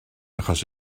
achos